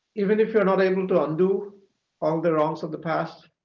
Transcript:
even if you're not able to undo all the wrongs of the past,